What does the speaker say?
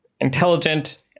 intelligent